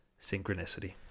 Synchronicity